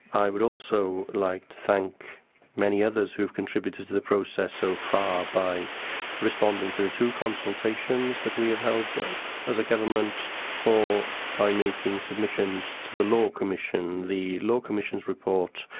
i would also like to thank the many others who have contributed to the process so far, by responding to the two consultations that we have held but as a government or by making submissions to the law commission. the law commission's report,